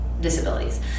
disabilities